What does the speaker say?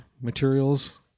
materials